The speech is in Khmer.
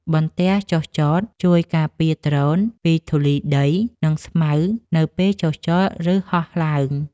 បន្ទះចុះចត ជួយការពារដ្រូនពីធូលីដី និងស្មៅនៅពេលចុះចត ឬហោះឡើង។